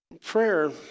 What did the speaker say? prayer